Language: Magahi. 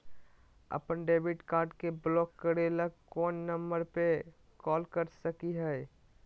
अपन डेबिट कार्ड के ब्लॉक करे ला कौन नंबर पे कॉल कर सकली हई?